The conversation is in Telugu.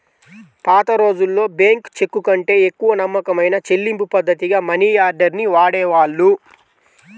పాతరోజుల్లో బ్యేంకు చెక్కుకంటే ఎక్కువ నమ్మకమైన చెల్లింపుపద్ధతిగా మనియార్డర్ ని వాడేవాళ్ళు